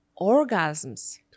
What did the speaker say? orgasms